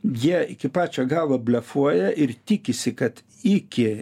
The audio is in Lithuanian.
jie iki pačio galo blefuoja ir tikisi kad iki